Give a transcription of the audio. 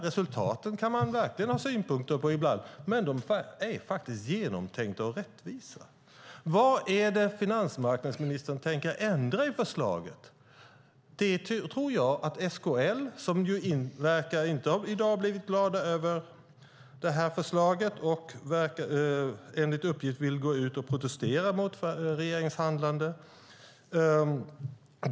Resultaten kan man verkligen ha synpunkter på ibland. Men det är faktiskt genomtänkt och rättvist. Vad är det finansmarknadsministern tänker ändra i förslaget? SKL verkar inte i dag ha blivit glada över det här. Enligt uppgift vill de gå ut och protestera mot regeringens handlande.